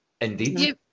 Indeed